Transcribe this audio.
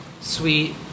sweet